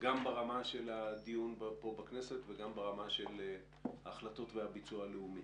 גם ברמה של הדיון פה בכנסת וגם ברמה של הביצוע הלאומי.